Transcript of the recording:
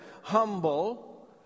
humble